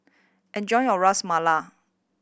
enjoy your Ras Malai